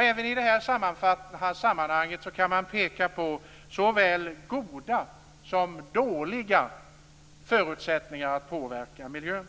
Även i det här sammanhanget kan man peka på såväl goda som dåliga förutsättningar för att påverka miljön.